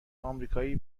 آمریکایی